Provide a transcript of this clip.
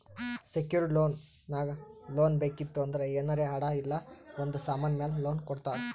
secured loan ನಾಗ್ loan ಬೇಕಿತ್ತು ಅಂದ್ರ ಏನಾರೇ ಅಡಾ ಇಲ್ಲ ಒಂದ್ ಸಮಾನ್ ಮ್ಯಾಲ ಲೋನ್ ಕೊಡ್ತಾರ್